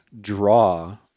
draw